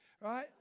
Right